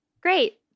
Great